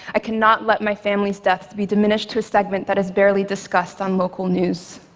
i cannot let my family's deaths be diminished to a segment that is barely discussed on local news.